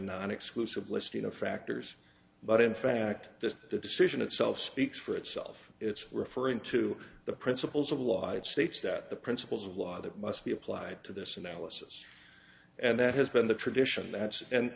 an exclusive listing of factors but in fact this decision itself speaks for itself it's referring to the principles of law it states that the principles of law that must be applied to this analysis and that has been the tradition